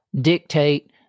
dictate